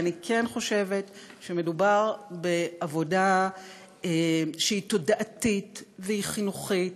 ואני כן חושבת שמדובר בעבודה שהיא תודעתית והיא חינוכית,